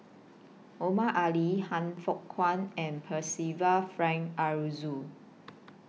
Omar Ali Han Fook Kwang and Percival Frank Aroozoo